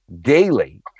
daily